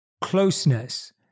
closeness